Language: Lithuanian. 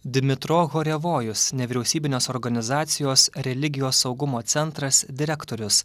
dmitro horevojus nevyriausybinės organizacijos religijos saugumo centras direktorius